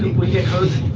we get cozy.